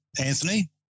Anthony